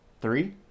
three